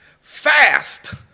Fast